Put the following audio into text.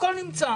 הכול נמצא.